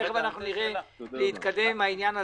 תיכף ננסה להתקדם עם העניין הזה.